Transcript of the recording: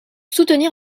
soutenir